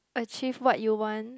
achieve what you want